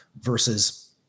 versus